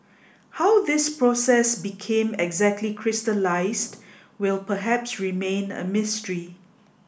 how this process became exactly crystallised will perhaps remain a mystery